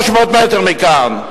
300 מטר מכאן.